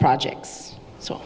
projects so